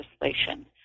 legislation